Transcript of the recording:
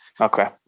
okay